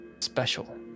special